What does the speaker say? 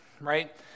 right